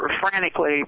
frantically